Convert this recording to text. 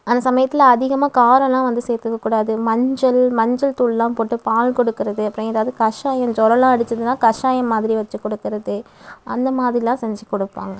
அந்த சமயத்தில் அதிகமாக காரம்லாம் வந்து சேர்த்துக்கக் கூடாது மஞ்சள் மஞ்சள்தூள்லாம் போட்டு பால் கொடுக்கறது அப்புறோம் ஏதாவது கஷாயம் ஜொரோலாம் அடிச்சதுனா கஷாயோம் மாதிரி வச்சு கொடுக்கறது அந்த மாதிரிலாம் செஞ்சு கொடுப்பாங்க